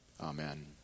Amen